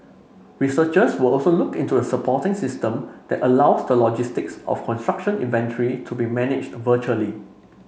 researchers will also look into a supporting system that allows the logistics of construction inventory to be managed virtually